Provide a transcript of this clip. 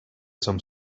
some